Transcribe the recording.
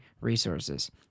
resources